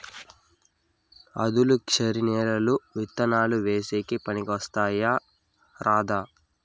ఆధులుక్షరి నేలలు విత్తనాలు వేసేకి పనికి వస్తాయా రాదా?